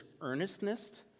earnestness